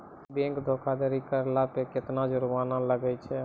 Bank धोखाधड़ी करला पे केतना जुरमाना लागै छै?